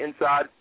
inside